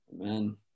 Amen